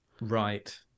Right